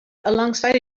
alongside